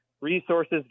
resources